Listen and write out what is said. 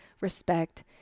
respect